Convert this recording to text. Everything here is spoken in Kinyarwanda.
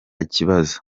kibazo